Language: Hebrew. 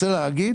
רוצה להגיד